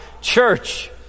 church